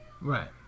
Right